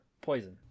poison